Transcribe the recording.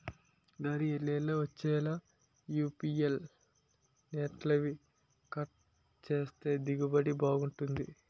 గాలి యెల్లేలా వచ్చేలా యాపిల్ సెట్లని కట్ సేత్తే దిగుబడి బాగుంటది